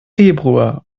februar